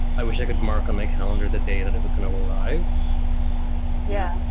i wish i could mark and my calendar that day that it was going to arrive yeah,